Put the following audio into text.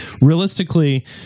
realistically